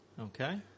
Okay